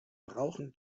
brauchen